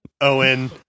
Owen